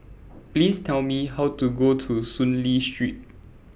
Please Tell Me How to Go to Soon Lee Street